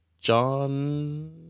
John